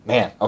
Man